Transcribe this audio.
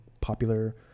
popular